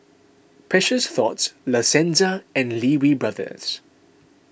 Precious Thots La Senza and Lee Wee Brothers